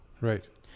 Right